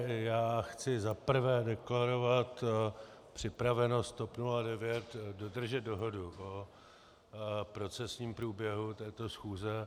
Já chci za prvé deklarovat připravenost TOP 09 dodržet dohodu o procesním průběhu této schůze.